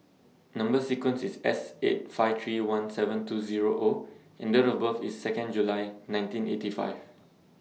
Number sequence IS S eight five three one seven two Zero O and Date of birth IS Second July nineteen eighty five